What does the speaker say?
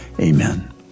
Amen